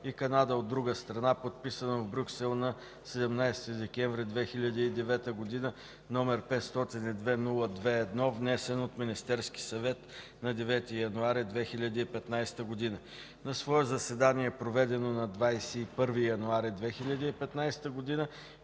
и Канада, от друга страна, подписано в Брюксел на 17 декември 2009 г., № 502-02-1, внесен от Министерския съвет на 9 януари 2015 г. На свое заседание, проведено на 21 януари 2015 г.,